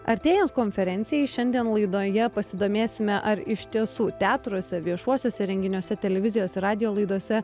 artėjant konferencijai šiandien laidoje pasidomėsime ar iš tiesų teatruose viešuosiuose renginiuose televizijos ir radijo laidose